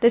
the